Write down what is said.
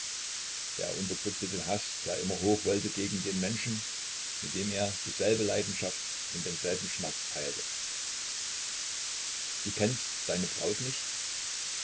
er unterdrückte den haß der immer hoch wollte gegen den menschen mit dem er dieselbe leidenschaft und denselben schmerz teilte du kennst deine braut nicht